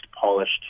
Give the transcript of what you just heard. polished